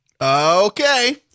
Okay